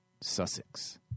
Sussex